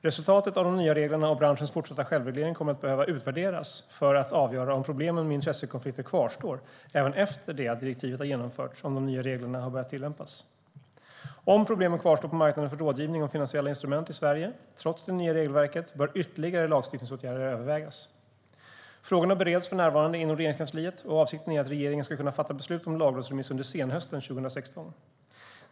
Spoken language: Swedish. Resultatet av de nya reglerna och branschens fortsatta självreglering kommer att behöva utvärderas för att man ska kunna avgöra om problemen med intressekonflikter kvarstår även efter det att direktivet har genomförts och de nya reglerna har börjat tillämpas. Om problemen kvarstår på marknaden för rådgivning om finansiella instrument i Sverige, trots det nya regelverket, bör ytterligare lagstiftningsåtgärder övervägas. Frågorna bereds för närvarande inom Regeringskansliet. Avsikten är att regeringen ska kunna fatta beslut om lagrådsremiss under senhösten 2016.